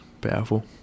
powerful